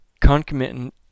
concomitant